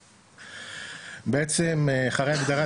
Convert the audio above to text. בעצם אחרי הגדרת